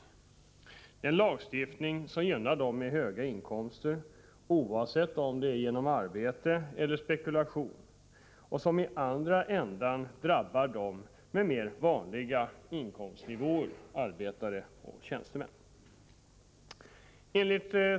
Det är en lagstiftning som gynnar människor med höga inkomster, oavsett om det är genom arbete eller spekulation, och som i andra änden drabbar människor med mera vanliga inkomstnivåer, dvs. arbetare och tjänstemän.